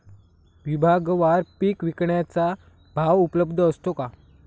विभागवार पीक विकण्याचा भाव उपलब्ध असतो का?